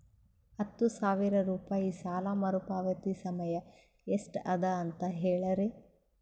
ಹತ್ತು ಸಾವಿರ ರೂಪಾಯಿ ಸಾಲ ಮರುಪಾವತಿ ಸಮಯ ಎಷ್ಟ ಅದ ಅಂತ ಹೇಳರಿ?